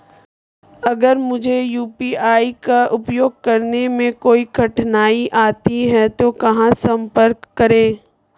अगर मुझे यू.पी.आई का उपयोग करने में कोई कठिनाई आती है तो कहां संपर्क करें?